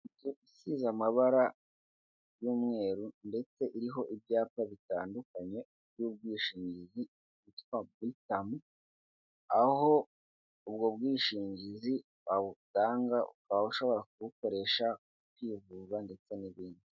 Isize amabara y'umweru ndetse iriho ibyapa bitandukanye by'ubwishingizi bwita britamu, aho ubwo bwishingizi wabutanga ukaba ushobora kubukoresha ukivuza ndetse n'ibindi.